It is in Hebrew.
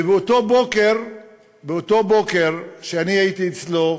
ובאותו בוקר שאני הייתי אצלו